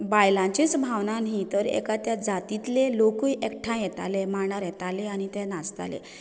बायलांचीच भावना न्हय तर एका त्या जातींतले लोकूय एकठांय येताले मांडार येताले आनी ते नाचताले